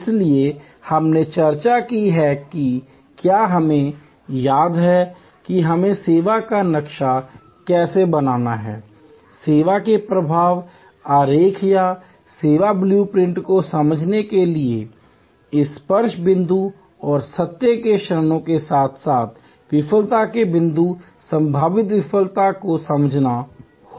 इसलिए हमने चर्चा की कि क्या हमें याद है कि हमें सेवा का नक्शा कैसे बनाना है सेवा के प्रवाह प्रवाह आरेख या सेवा ब्लू प्रिंट को समझने के लिए इस स्पर्श बिंदु और सत्य के क्षणों के साथ साथ विफलता के बिंदु संभावित विफलता को समझना होगा